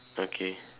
okay